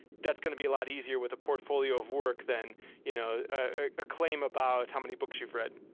that's going to be a lot easier with a portfolio of work than you know a claim about how many books you've read.